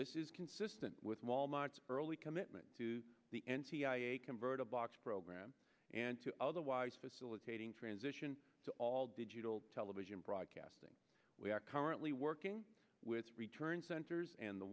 this is consistent with wal mart's early commitment to the n t i a converter box program and to otherwise facilitating transition to all digital television broadcasting we are currently working with return centers and the